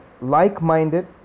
like-minded